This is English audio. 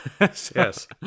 Yes